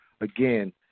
Again